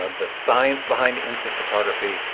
um the science behind instant photography,